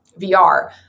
VR